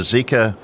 Zika